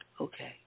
okay